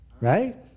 right